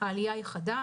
העלייה חדה.